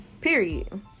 Period